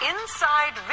Inside